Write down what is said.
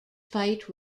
fight